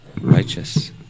Righteous